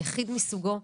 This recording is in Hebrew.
יחיד מסוגו,